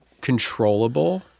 controllable